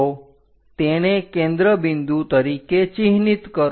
તો તેને કેન્દ્ર બિંદુ તરીકે ચિહ્નિત કરો